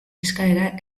eskaera